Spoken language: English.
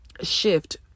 shift